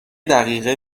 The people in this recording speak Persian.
دقیقه